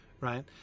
right